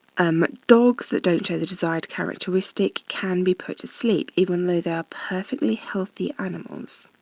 um dogs that don't show the desired characteristic can be put to sleep even though they are perfectly healthy animals.